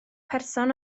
person